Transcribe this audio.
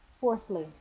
Fourthly